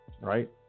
right